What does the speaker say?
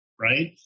right